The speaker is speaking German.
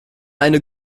eine